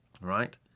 Right